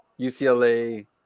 UCLA